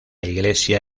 iglesia